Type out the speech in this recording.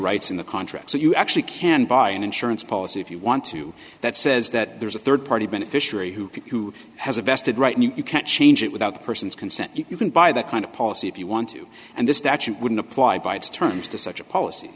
rights in the contract so you actually can buy an insurance policy if you want to that says that there's a third party beneficiary who who has a vested right you can't change it without the person's consent you can buy that kind of policy if you want to and this statute wouldn't apply by its terms to such a policy